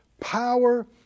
power